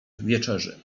wieczerzy